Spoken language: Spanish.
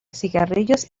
cigarrillos